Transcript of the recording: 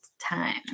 time